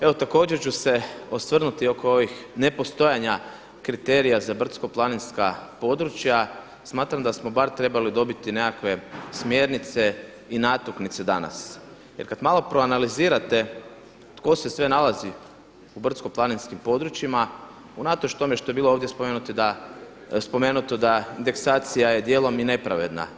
Evo također su se osvrnuti oko ovih ne postojanja kriterija za brdsko-planinska područja, smatram da smo bar trebali dobiti nekakve smjernice i natuknice danas jer kada malo proanalizirate tko se sve nalazi u brdsko-planinskim područjima, unatoč tome što je bilo ovdje spomenuto da indeksacija je dijelom i nepravedna.